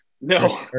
No